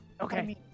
Okay